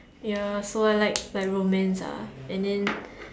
ya so I like like romance ah and then